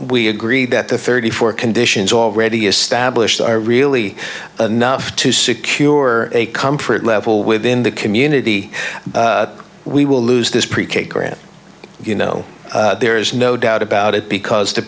we agree that the thirty four conditions already established are really enough to secure a comfort level within the community we will lose this pre k grant you know there's no doubt about it because the